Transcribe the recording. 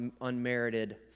unmerited